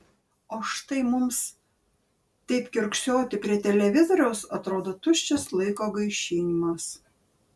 o štai mums taip kiurksoti prie televizoriaus atrodo tuščias laiko gaišimas